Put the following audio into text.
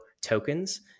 tokens